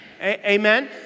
amen